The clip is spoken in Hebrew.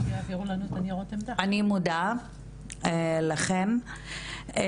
אני מודה לכם,